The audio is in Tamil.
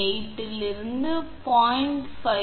479 0